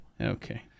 Okay